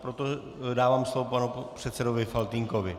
Proto dávám slovo panu předsedovi Faltýnkovi.